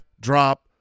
drop